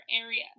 area